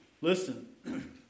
Listen